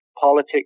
politics